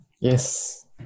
Yes